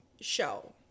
show